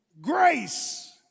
grace